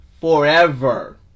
forever